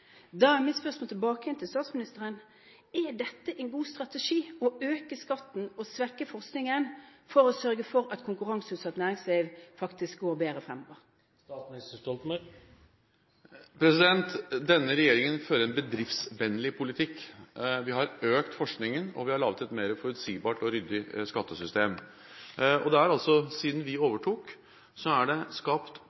Da er mitt spørsmål tilbake til statsministeren: Er det en god strategi å øke skatten og svekke forskningen for å sørge for at konkurranseutsatt næringsliv faktisk går bedre fremover? Denne regjeringen fører en bedriftsvennlig politikk. Vi har økt forskningen, og vi har laget et mer forutsigbart og ryddig skattesystem.